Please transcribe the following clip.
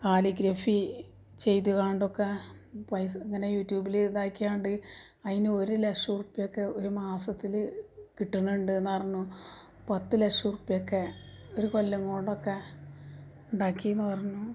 calligraphy ചെയ്തുകൊണ്ടൊക്കെ ഇങ്ങനെ യൂട്യൂബിൽ ഇതാക്കിക്കൊണ്ട് അതിന് ഒരുലക്ഷം ഉർപ്യയൊക്ക ഒരു മാസത്തിൽ കിട്ടുന്നുണ്ട് എന്ന് പറഞ്ഞു പത്തുലക്ഷം ഉർപ്യയൊക്കെ ഒരു കൊല്ലം കൊണ്ടൊക്കെ ഉണ്ടാക്കിയെന്ന് പറഞ്ഞു